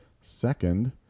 Second